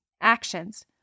actions